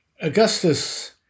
Augustus